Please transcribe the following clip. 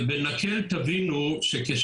טיפול ל-MS, טרשת נפוצה: